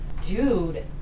Dude